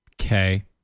Okay